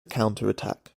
counterattack